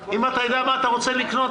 אם אתה יודע מה אתה רוצה לקנות,